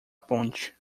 ponte